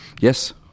Yes